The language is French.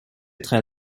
très